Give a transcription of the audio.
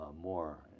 more